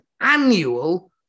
annual